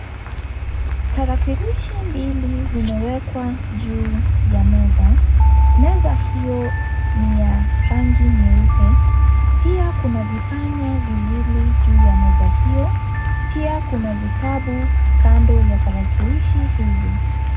Tarakilishi mbili zimewekwa juu ya meza. Meza hiyo ni ya rangi nyeupe. Pia kuna vipanya viwili juu ya meza hiyo. Pia kuna vitabu kando ya tarakilishi hizi.